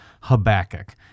Habakkuk